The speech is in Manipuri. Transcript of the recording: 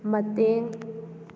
ꯃꯇꯦꯡ